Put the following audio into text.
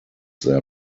their